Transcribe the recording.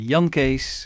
Jan-Kees